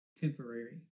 temporary